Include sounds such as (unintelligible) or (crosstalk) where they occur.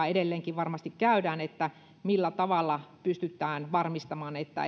(unintelligible) edelleenkin varmasti käydään sitä pohdintaa millä tavalla pystytään varmistamaan että (unintelligible)